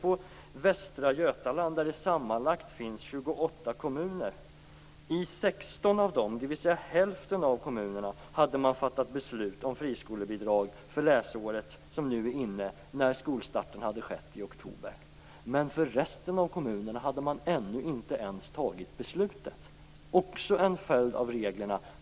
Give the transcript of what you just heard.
I Västra Götaland finns det sammanlagt 28 kommuner. I 16 av dessa - dvs. i hälften av kommunerna - hade man fattat beslut om friskolebidrag för innevarande läsår efter det att skolstarten hade skett i oktober. Men i resten av kommunerna hade man inte ens fattat beslut. Detta är också en följd av reglerna.